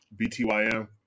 BTYM